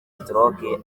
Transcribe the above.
stroke